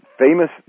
famous